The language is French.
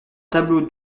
tableau